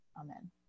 Amen